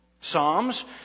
Psalms